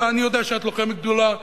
אני יודע שאת לוחמת גדולה,